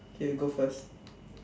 K you go first